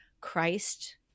Christ